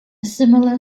similar